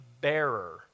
bearer